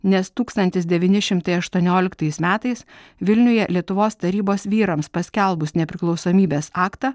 nes tūkstantis devyni šimtai aštuonioliktais metais vilniuje lietuvos tarybos vyrams paskelbus nepriklausomybės aktą